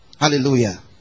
Hallelujah